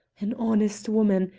an honest woman,